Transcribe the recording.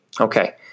Okay